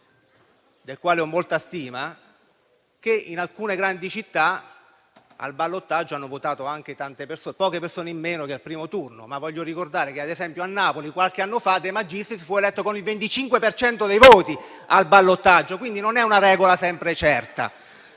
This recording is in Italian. del quale ho molta stima, in alcune grandi città al ballottaggio hanno votato poche persone in meno che al primo turno, ma voglio ricordare che, ad esempio, a Napoli, qualche anno fa, De Magistris fu eletto con il 25 per cento dei voti al ballottaggio e quindi non è una regola sempre certa.